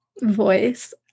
voice